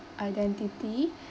identity